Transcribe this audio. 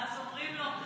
ואז אומרים לו,